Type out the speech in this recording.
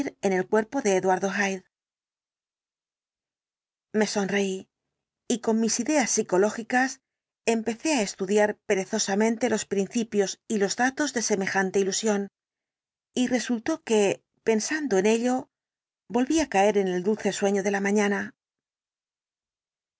en el cuerpo de eduardo hyde me sonreí y con mis ideas psicológicas empecé á estudiar perezosamente los principios y los datos de semejante ilusión y resultó que pensando en ello volví á caer en el dulce sueño de la mañana